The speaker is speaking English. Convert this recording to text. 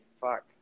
Fuck